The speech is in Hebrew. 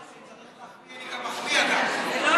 לא, כשצריך להחמיא אני גם מחמיא, אגב.